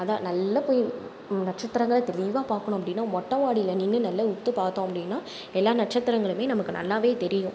அதான் நல்ல போய் நட்சத்திரங்களை தெளிவாக பார்க்கணும் அப்படினா மொட்டை மாடியில் நின்று நல்ல உற்று பார்த்தோம் அப்படின்னா எல்லா நட்சத்திரங்களுமே நமக்கு நல்லாவே தெரியும்